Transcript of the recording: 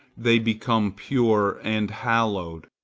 they become pure and hallowed.